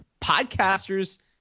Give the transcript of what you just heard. podcasters